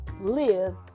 live